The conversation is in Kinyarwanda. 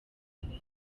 igihe